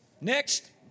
next